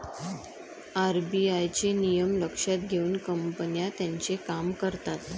RBI चे नियम लक्षात घेऊन कंपन्या त्यांचे काम करतात